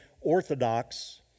orthodox